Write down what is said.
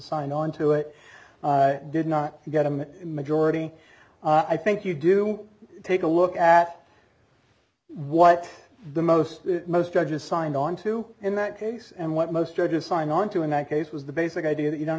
signed onto it did not get him majority i think you do take a look at what the most most judges signed onto in that case and what most judges sign onto in that case was the basic idea that you don't